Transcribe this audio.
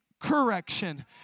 correction